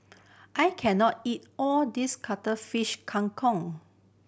I can not eat all this Cuttlefish Kang Kong